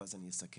ואז אני אסכם.